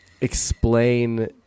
explain